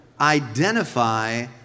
identify